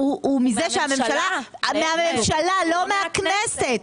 הוא מהממשלה לא מהכנסת.